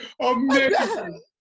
Amazing